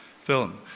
film